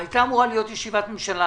הייתה אמורה להיות ישיבת ממשלה,